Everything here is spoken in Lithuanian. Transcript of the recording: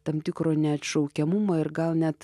tam tikro neatšaukiamumo ir gal net